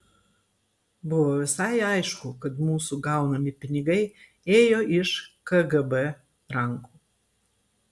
buvo visai aišku kad mūsų gaunami pinigai ėjo iš kgb rankų